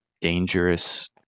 dangerous